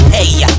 Hey